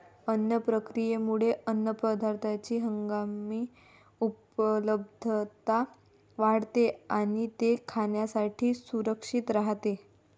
अन्न प्रक्रियेमुळे अन्नपदार्थांची हंगामी उपलब्धता वाढते आणि ते खाण्यासाठी सुरक्षित राहते